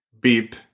Beep